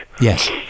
Yes